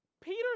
Peter